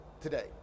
today